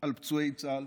עם פצועי צה"ל